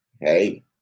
Hey